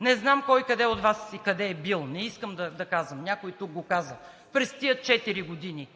Не знам от Вас кой къде е бил, не искам да казвам – някой тук го каза, през тези четири години